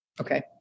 Okay